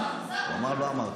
הינה, הוא אמר: לא אמרתי.